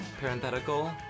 Parenthetical